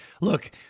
Look